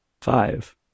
five